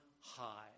high